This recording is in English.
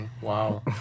wow